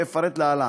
ואפרט להלן.